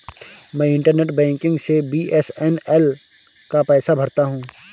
मैं internet banking से BSNL का पैसा भरता हूं